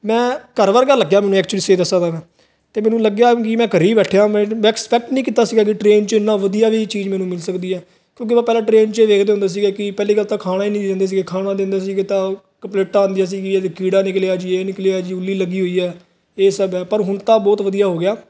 ਮੈਂ ਘਰ ਵਰਗਾ ਲੱਗਿਆ ਮੈਨੂੰ ਐਕਚੁਲੀ ਸੇ ਦੱਸ ਸਕਦਾ ਮੈਂ ਤੇ ਮੈਨੂੰ ਲੱਗਿਆ ਕੀ ਮੈਂ ਘਰੇ ਹੀ ਬੈਠਿਆ ਸੀਗਾ ਕਿ ਟਰੇਨ ਚ ਇੰਨਾ ਵਧੀਆ ਵੀ ਚੀਜ਼ ਮੈਨੂੰ ਮਿਲ ਸਕਦੀ ਹ ਕਿਉਂਕਿ ਮੈਂ ਪਹਿਲਾਂ ਟ੍ਰੇਨ ਚ ਦੇਖਦੇ ਹੁੰਦੇ ਸੀ ਕਿ ਪਹਿਲੀ ਗੱਲ ਤਾਂ ਖਾਣਾ ਹੀ ਨਹੀਂ ਦਿੰਦੇ ਸੀ ਖਾਣਾ ਦਿੰਦੇ